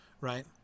right